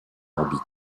orbite